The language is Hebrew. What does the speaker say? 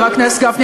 חבר הכנסת גפני,